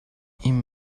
این